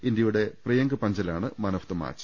ഇന്ത്യയുടെ പ്രിയങ്ക് പഞ്ചലാണ് man of the match